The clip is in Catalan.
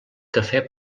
cafè